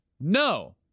no